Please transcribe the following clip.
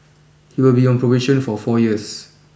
he will be on probation for four years